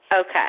Okay